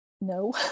No